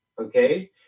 okay